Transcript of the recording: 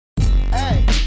hey